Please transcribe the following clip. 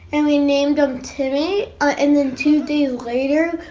and we named um timmy. and then two days later,